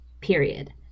period